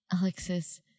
Alexis